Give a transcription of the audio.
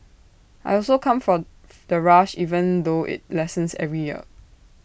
I also come for the rush even though IT lessens every year